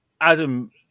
Adam